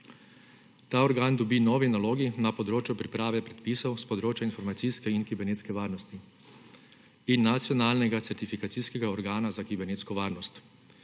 ta organ dobi novi nalogi na področju priprave predpisov s področja informacijske in kibernetske varnosti in nacionalnega certifikacijskega organa za kibernetsko varnost,